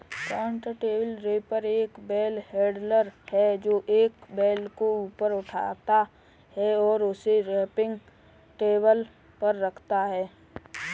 turntable wrapper एक bale handler है, जो एक बेल को ऊपर उठाता है और उसे रैपिंग टेबल पर रखता है